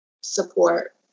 support